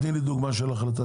תני לי דוגמה של החלטה.